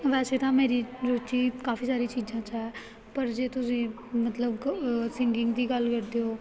ਵੈਸੇ ਤਾਂ ਮੇਰੀ ਰੁਚੀ ਕਾਫੀ ਸਾਰੀ ਚੀਜ਼ਾਂ 'ਚ ਹੈ ਪਰ ਜੇ ਤੁਸੀਂ ਮਤਲਬ ਸਿੰਗਿੰਗ ਦੀ ਗੱਲ ਕਰਦੇ ਹੋ